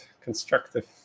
constructive